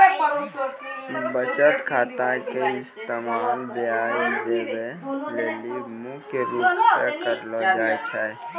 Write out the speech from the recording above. बचत खाता के इस्तेमाल ब्याज देवै लेली मुख्य रूप से करलो जाय छै